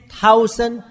thousand